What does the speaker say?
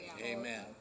Amen